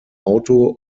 auto